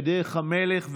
בדרך המלך,